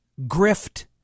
grift